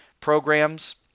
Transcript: programs